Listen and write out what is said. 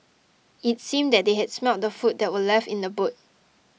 it seemed that they had smelt the food that were left in the boot